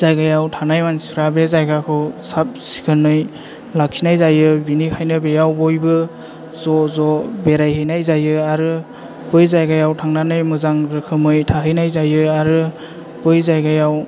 जायगायाव थानाय मानसिफ्रा बे जायगाखौ साब सिखोनै लाखिनाय जायो बेनिखायनो बेयाव बयबो ज' ज' बेरायहैनाय जायो आरो बै जायगायाव थांनानै मोजां रोखोमै थाहैनाय जायो आरो बै जायगायाव